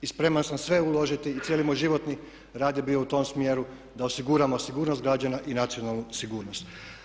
I spreman sam sve uložiti i cijeli moj životni rad je bio u tom smjeru da osiguramo sigurnost građana i nacionalnu sigurnost.